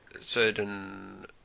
certain